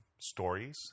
stories